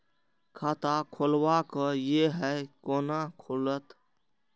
खाता खोलवाक यै है कोना खुलत?